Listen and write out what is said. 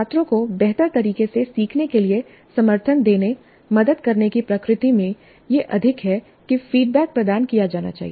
छात्रों को बेहतर तरीके से सीखने के लिए समर्थन देनेमदद करने की प्रकृति में यह अधिक है कि फीडबैक प्रदान किया जाना चाहिए